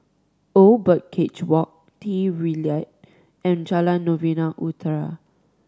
Old Birdcage Walk Trilight and Jalan Novena Utara